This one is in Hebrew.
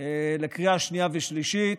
לקריאה השנייה והשלישית,